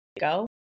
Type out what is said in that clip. go